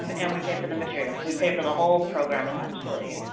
um and we pay for the materials. we pay for the whole program essentially.